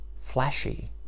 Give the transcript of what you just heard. flashy